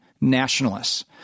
nationalists